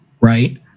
Right